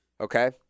Okay